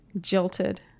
jilted